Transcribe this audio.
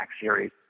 series